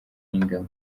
y’ingabo